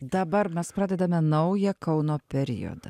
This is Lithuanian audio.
dabar mes pradedame naują kauno periodą